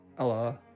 Hello